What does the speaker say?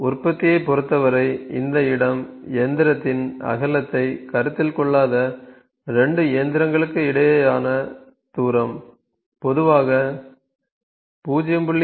உற்பத்தியைப் பொறுத்தவரை இந்த இடம் இயந்திரத்தின் அகலத்தைக் கருத்தில் கொள்ளாத 2 இயந்திரங்களுக்கிடையேயான தூரம் பொதுவாக 0